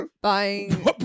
Buying